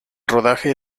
rodaje